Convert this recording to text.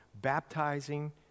baptizing